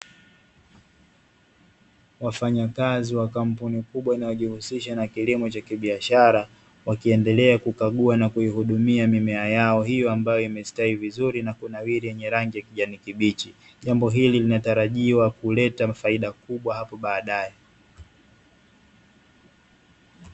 Wafanyakazi wa kampuni kubwa inayojihusisha na kilimo cha kibiashara wakiendelea kukagua na kuihudumia mimea yao hiyo ambayo imesitawi vizuri na kunawiri yenye rangi ya kijani kibichi. Jambo hili linatarajiwa kuleta faida kubwa hapo baadae.